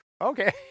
okay